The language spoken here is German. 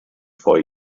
vor